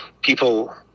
people